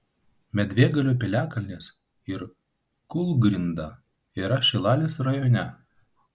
medvėgalio piliakalnis ir kūlgrinda yra šilalės rajone